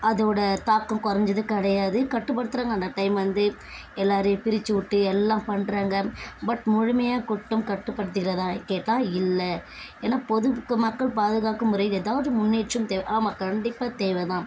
அதோடய தாக்கம் குறைஞ்சது கிடையாது கட்டுப்படுத்துகிறாங்க அந்த டைம் வந்து எல்லோரையும் பிரிச்சுவுட்டு எல்லாம் பண்ணுறாங்க பட் முழுமையாக குற்றம் கட்டுப்படுத்துகிறதா கேட்டால் இல்லை ஏன்னால் பொதுமக்கள் பாதுகாக்கும் முறையில் ஏதாவது முன்னேற்றம் தேவை ஆமாம் கண்டிப்பாக தேவைதான்